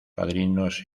padrinos